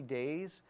days